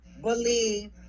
believe